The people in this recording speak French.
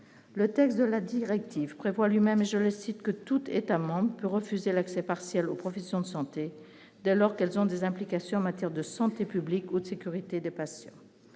le texte de la directive prévoit lui-même, je le cite, que toute États-membres peut refuser l'accès partiel aux professions de santé, dès lors qu'elles ont des implications de santé publique ou de sécurité des patients